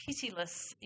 pitiless